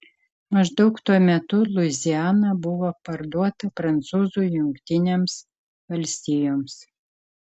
maždaug tuo metu luiziana buvo parduota prancūzų jungtinėms valstijoms